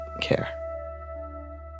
care